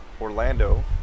Orlando